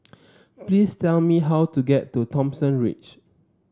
please tell me how to get to Thomson Ridge